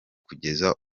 kugeza